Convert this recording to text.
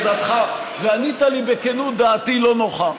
וענית לי בכנות: דעתי לא נוחה.